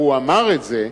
והוא אמר את זה,